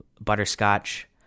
butterscotch